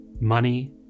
Money